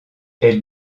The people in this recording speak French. elle